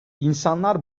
i̇nsanlar